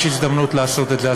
יש הזדמנות לעשות את זה.